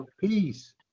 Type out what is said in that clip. Peace